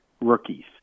rookies